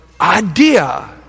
idea